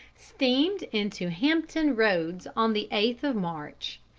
steamed into hampton roads on the eighth of march.